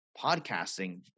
podcasting